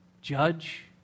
judge